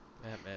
Batman